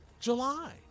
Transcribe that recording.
July